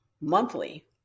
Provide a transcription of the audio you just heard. monthly